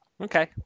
Okay